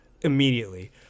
immediately